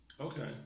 okay